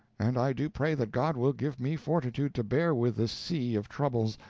and i do pray that god will give me fortitude to bear with this sea of troubles,